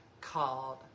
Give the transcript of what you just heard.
called